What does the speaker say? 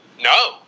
no